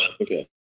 okay